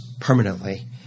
permanently